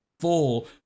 full